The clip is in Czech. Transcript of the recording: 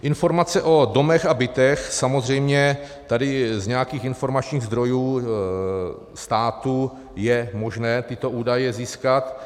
Informace o domech a bytech samozřejmě tady z nějakých informačních zdrojů státu je možné tyto údaje získat.